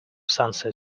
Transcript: sunset